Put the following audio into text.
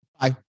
Bye